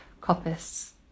coppice